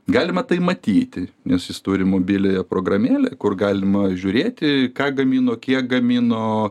galima tai matyti nes jis turi mobiliąją programėlę kur galima žiūrėti ką gamino kiek gamino